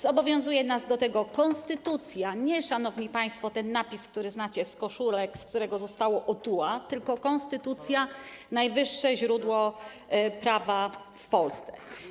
Zobowiązuje nas do tego konstytucja, szanowni państwo, a nie ten napis, który znacie z koszulek, z którego zostało: otua, [[Wesołość na sali]] tylko konstytucja, najwyższe źródło prawa w Polsce.